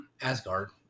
Asgard